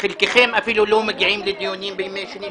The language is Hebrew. חלקכם אפילו לא מגיעים לדיונים בימים שני,